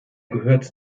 gehört